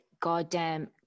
goddamn